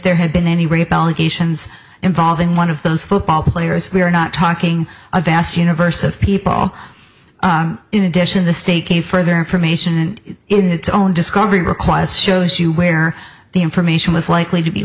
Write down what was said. there had been any rehabilitations involving one of those football players we are not talking a vast universe of people in addition the stake a further information in its own discovery requires shows you where the information was likely to be